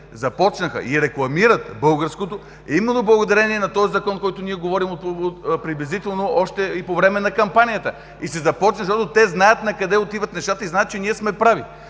започнаха и рекламират българското е именно благодарение на този Закон, за който ние говорим от приблизително още и по време на кампанията и се започна … защото те знаят накъде отиват нещата и знаят, че ние сме прави.